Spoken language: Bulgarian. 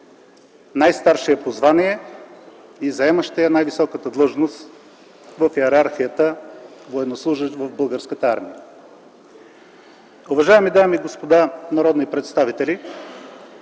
най-старшия по звание и заемащия най-високата длъжност в йерархията военнослужещ в Българската армия. Уважаеми дами и господа народни представители,